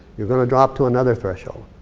you're gonna drop to another threshold.